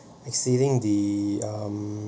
exceeding the um